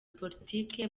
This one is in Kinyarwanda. politike